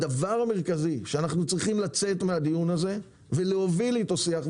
הדבר המרכזי שאנחנו צריכים לצאת איתו מהדיון הזה ולהוביל איתו שיח,